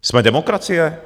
Jsme demokracie?